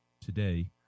today